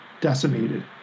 decimated